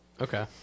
Okay